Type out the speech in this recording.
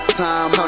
time